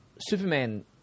Superman